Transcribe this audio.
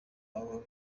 abo